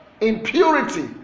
impurity